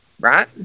right